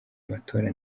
matora